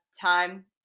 time